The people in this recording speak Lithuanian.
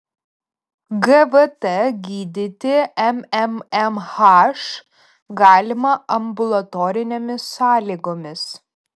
gvt gydyti mmmh galima ambulatorinėmis sąlygomis